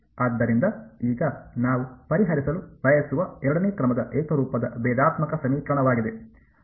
ಆದ್ದರಿಂದ ಈಗ ನಾವು ಪರಿಹರಿಸಲು ಬಯಸುವ ಎರಡನೇ ಕ್ರಮದ ಏಕರೂಪದ ಭೇದಾತ್ಮಕ ಸಮೀಕರಣವಾಗಿದೆ